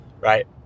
right